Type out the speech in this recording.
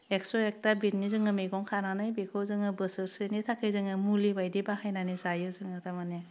एक स' एखथा बिथनि जोङो मैगं खानानै बेखौ जोङो बोसोरसेनि थाखै जोङो मुलि बायदि बाहायनानै जायो जोङो थारमानि